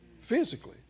physically